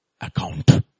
account